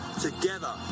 Together